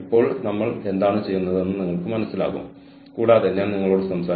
അപ്പോൾ ആരോ പറഞ്ഞു ഒരുപക്ഷേ നമുക്ക് ഒരു സെമിഓട്ടോമാറ്റിക് വാഷിംഗ് മെഷീൻ ഉണ്ടാക്കാം